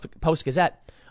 Post-Gazette